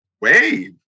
wave